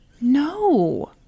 No